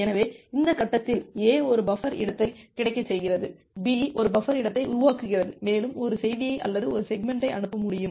எனவே இந்த கட்டத்தில் A ஒரு பஃபர் இடத்தை கிடைக்கச் செய்கிறது B 1 பஃபர் இடத்தை உருவாக்குகிறது மேலும் ஒரு செய்தியை அல்லது ஒரு செக்மெண்ட்டை அனுப்ப முடியும்